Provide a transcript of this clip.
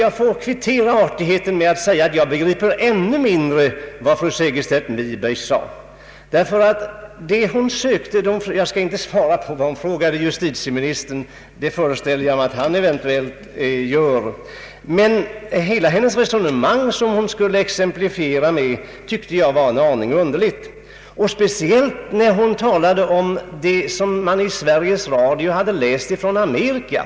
Jag får kvittera artigheten med att anföra att jag ännu mindre begriper vad fru Segerstedt Wiberg sade. Jag skall inte svara på vad hon frågade justitieministern. Det föreställer jag mig att han eventuellt gör. Jag tyckte dock att hela det resonemang som hon förde för att exemplifiera sin mening var något underligt, speciellt när hon talade om det som hade lästs i Sveriges Radio om Amerika.